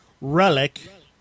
Relic